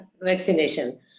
vaccination